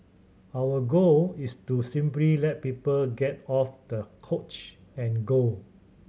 our goal is to simply let people get off the couch and go